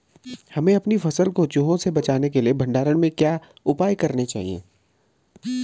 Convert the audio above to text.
हमें अपनी फसल को चूहों से बचाने के लिए भंडारण में क्या उपाय करने चाहिए?